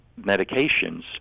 medications